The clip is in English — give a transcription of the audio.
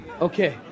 Okay